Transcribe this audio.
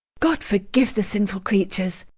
god forgive the sinful creatures